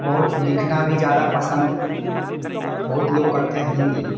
और लिखना भी ज़्यादा पसंद बहुत लोग करते है हिंदी